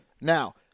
Now